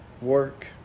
work